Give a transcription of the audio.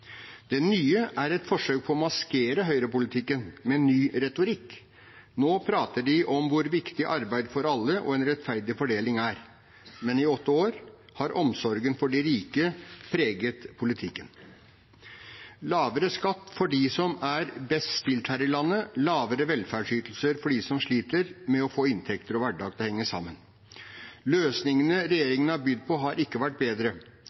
Det nye er et forsøk på å maskere høyrepolitikken med ny retorikk. Nå prater de om hvor viktig arbeid for alle og en rettferdig fordeling er. Men i åtte år har omsorgen for de rike preget politikken – lavere skatt for de som er best stilt her i landet, lavere velferdsytelser for de som sliter med å få inntekter og hverdag til å henge sammen. Løsningene regjeringen har bydd på, har ikke vært bedre.